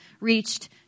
reached